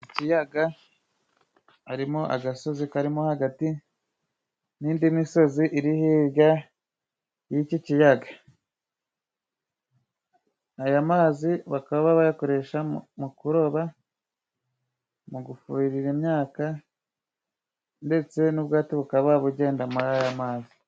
Ikiyaga, harimo agasozi karimo hagati n'indi misozi iri hirya y'iki kiyaga, aya mazi bakaba bayakoresha mu kuroba, mu gufuhirira imyaka, ndetse n'ubwato bukaba bugenda muri aya amazi.